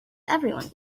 everyone